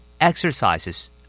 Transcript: Exercises